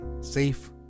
safe